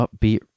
upbeat